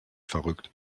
verrückt